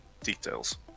details